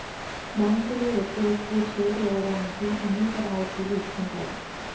బ్యాంకులు వ్యక్తులకు చేరువవడానికి అనేక రాయితీలు ఇస్తుంటాయి